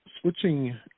switching